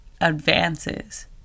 advances